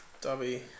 Dobby